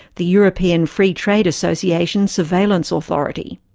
the european free trade association surveillance authority.